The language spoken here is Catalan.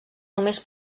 només